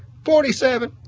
forty seven,